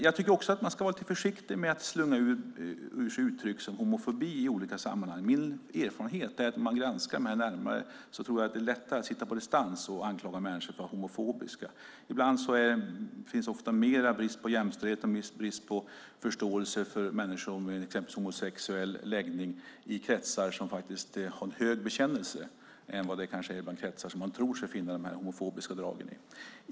Jag tycker också att man ska vara lite försiktig med att slunga ur sig uttryck som "homofobi" i olika sammanhang. Min erfarenhet är att när man granskar detta närmare är att det är lättare att sitta på distans och anklaga människor för att vara homofobiska. Det finns ofta mer brist på jämställdhet och förståelse för människor med exempelvis homosexuell läggning i kretsar som har en hög bekännelse än vad det är i de kretsar där man tror att man ska finna dessa homofobiska drag.